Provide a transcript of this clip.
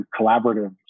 collaborative